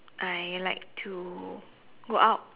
I like to go out